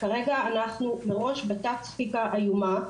כרגע אנחנו מראש בתת ספיקה איומה,